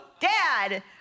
dad